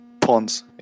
pawns